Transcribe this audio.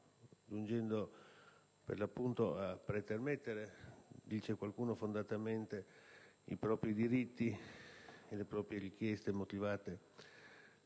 giungendo a pretermettere - dice qualcuno fondatamente - i propri diritti e le proprie richieste motivate,